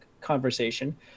conversation